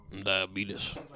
Diabetes